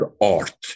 art